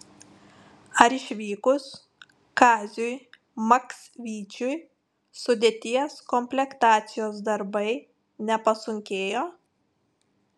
ar išvykus kaziui maksvyčiui sudėties komplektacijos darbai nepasunkėjo